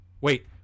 Wait